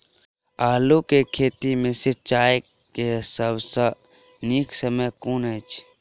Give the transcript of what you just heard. आलु केँ खेत मे सिंचाई केँ सबसँ नीक समय कुन अछि?